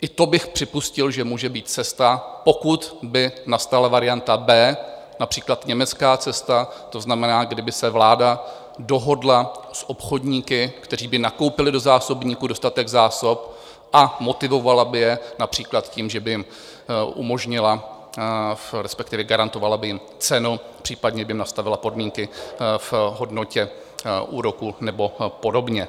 I to bych připustil, že může být cesta, pokud by nastala varianta B, například německá cesta, to znamená, kdyby se vláda dohodla s obchodníky, kteří by nakoupili do zásobníků dostatek zásob, a motivovala by je například tím, že by jim umožnila, respektive garantovala by jim cenu, případně by jim nastavila podmínky v hodnotě úroku nebo podobně.